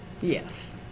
Yes